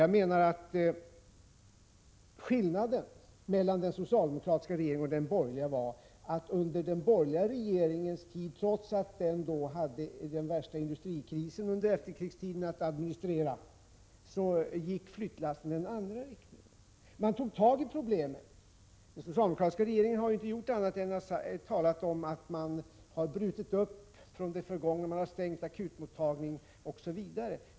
Jag menar att skillnaden mellan den socialdemokratiska regeringen och den borgerliga var att under den borgerliga regeringens tid, trots att den hade den värsta industrikrisen under efterkrigstiden att administrera, gick flyttlassen i andra riktningen. Man tog tag i problemen. Den socialdemokratiska regeringen har inte gjort annat än talat om att man har brutit upp från det förgångna, man har stängt akutmottagningen osv.